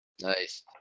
Nice